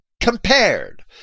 compared